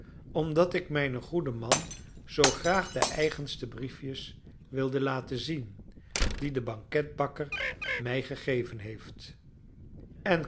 omdat ik mijn goeden man zoo graag de eigenste briefjes wilde laten zien die de banketbakker mij gegeven heeft en